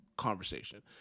conversation